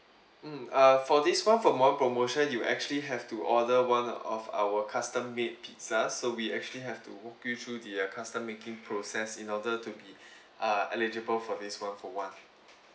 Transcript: mm uh for this one for one promotion you actually have to order one of our custom made pizzas so we actually have to brief you the uh custom making process in order to be uh eligible for this one for one